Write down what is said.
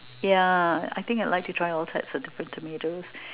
yeah I think I like to try all types of to~ tomatoes